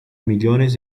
millones